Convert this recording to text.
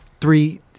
three